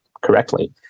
correctly